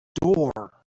door